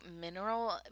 mineral